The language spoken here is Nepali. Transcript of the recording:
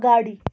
अगाडि